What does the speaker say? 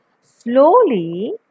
Slowly